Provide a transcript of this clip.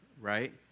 right